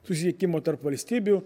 susisiekimo tarp valstybių